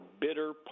bitter